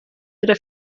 era